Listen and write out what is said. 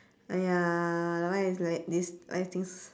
!aiya! that one is like this like things